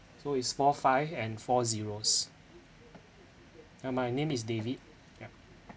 so is four five and four zeros ya my name is david yup